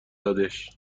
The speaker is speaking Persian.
دادش